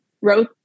wrote